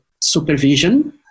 supervision